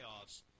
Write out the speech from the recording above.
playoffs